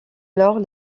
alors